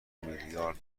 میلیارد